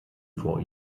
vor